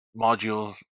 module